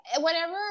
whenever